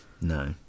no